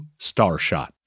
Starshot